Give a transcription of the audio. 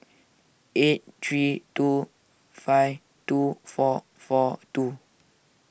eight three two five two four four two